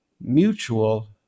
mutual